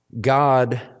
God